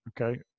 Okay